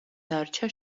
დარჩა